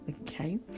okay